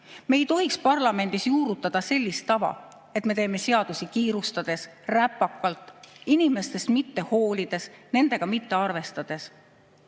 Me ei tohiks parlamendis juurutada sellist tava, et me teeme seadusi kiirustades, räpakalt, inimestest mitte hoolides, nendega mitte arvestades.